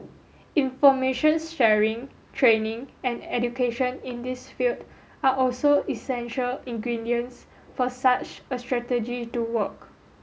informations sharing training and education in this field are also essential ingredients for such a strategy to work